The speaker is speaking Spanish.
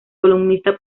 columnista